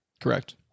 correct